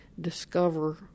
discover